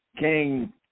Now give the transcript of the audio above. King